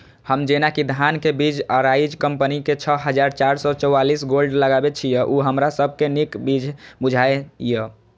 हम जेना कि धान के बीज अराइज कम्पनी के छः हजार चार सौ चव्वालीस गोल्ड लगाबे छीय उ हमरा सब के नीक बीज बुझाय इय?